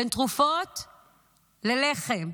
בין תרופות ללחם,